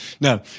No